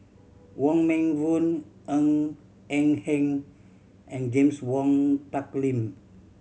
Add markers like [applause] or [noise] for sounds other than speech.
Wong Meng Voon Ng Eng Hen and James Wong Tuck [unintelligible]